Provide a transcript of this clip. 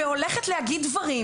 היא הולכת להגיד דברים